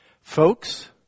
Folks